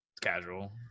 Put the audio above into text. casual